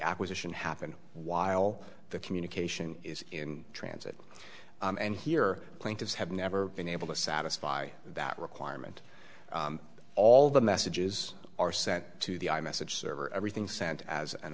acquisition happen while the communication is in transit and here plaintiffs have never been able to satisfy that requirement all the messages are sent to the i message server everything sent as an